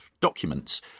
documents